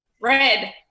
Red